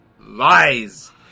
Lies